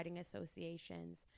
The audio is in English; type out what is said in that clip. associations